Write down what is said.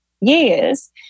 years